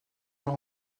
leur